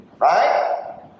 right